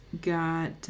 Got